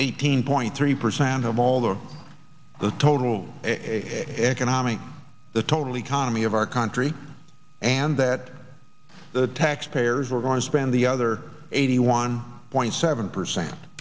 eighteen point three percent of all the the total economic the total economy of our country and that the taxpayers are going to spend the other eighty one point seven percent